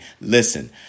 listen